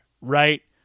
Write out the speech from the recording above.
right